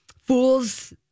Fools